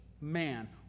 man